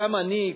גם אני,